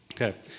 Okay